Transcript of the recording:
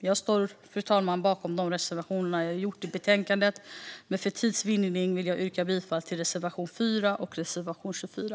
Jag står, fru talman, bakom de reservationer jag har i betänkandet, men för tids vinning vill jag yrka bifall endast till reservation 4 och reservation 24.